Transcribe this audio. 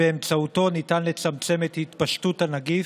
שבאמצעותו ניתן לצמצם את התפשטות הנגיף,